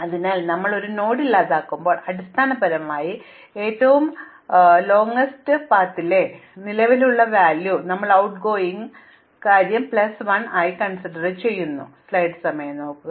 അതിനാൽ ഞങ്ങൾ ഒരു നോഡ് ഇല്ലാതാക്കുമ്പോൾ അടിസ്ഥാനപരമായി ഏറ്റവും ദൈർഘ്യമേറിയ പാതയുടെ നിലവിലെ മൂല്യം ഞങ്ങൾ going ട്ട്ഗോയിംഗ് കാര്യം പ്ലസ് 1 ഇല്ലാതാക്കിയ നോഡിന്റെ നിലവിലെ മൂല്യം പ്ലസ് 1 എന്നിവയും നോഡിൽ ഇതിനകം അറിയപ്പെടുന്നവയും ഞങ്ങൾ പരമാവധി നിലനിർത്തുന്നു